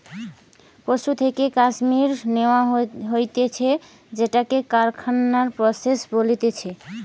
পশুর থেকে কাশ্মীর ন্যাওয়া হতিছে সেটাকে কারখানায় প্রসেস বলতিছে